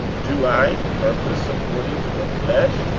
do i purpose according to the flesh,